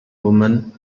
woman